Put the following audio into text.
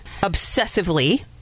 obsessively